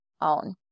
own